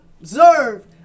observe